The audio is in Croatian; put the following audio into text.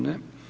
Ne.